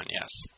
yes